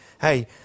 hey